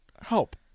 Help